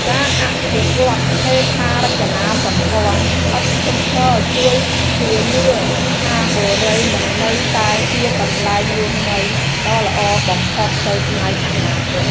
ការអភិវឌ្ឍហេដ្ឋារចនាសម្ព័ន្ធឥតឈប់ឈរជួយធានាថាបុរីនឹងនៅតែជាកន្លែងរស់នៅដ៏ល្អបំផុតទៅថ្ងៃអនាគត។